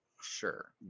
sure